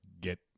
get